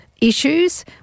issues